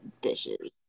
dishes